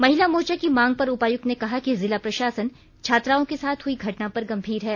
महिला मोर्चा की मांग पर उपायुक्त ने कहा कि जिला प्रशासन छात्राओं के साथ हुई घटना पर गंभीर है